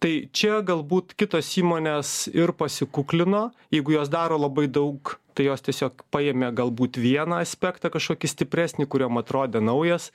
tai čia galbūt kitos įmonės ir pasikuklino jeigu jos daro labai daug tai jos tiesiog paėmė galbūt vieną aspektą kažkokį stipresnį kur jom atrodė naujas